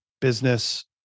business